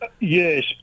Yes